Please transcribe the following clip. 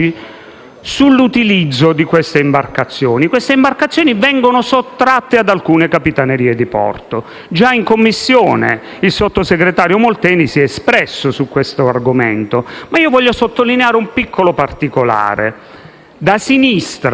sull'utilizzo di queste imbarcazioni, che vengono sottratte ad alcune Capitanerie di porto. Già in Commissione il sottosegretario Molteni si è espresso su questo argomento, ma io voglio sottolineare un piccolo particolare: da sinistra,